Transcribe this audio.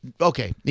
okay